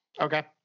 Okay